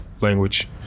language